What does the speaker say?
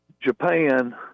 Japan